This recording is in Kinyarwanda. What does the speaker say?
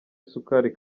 isukari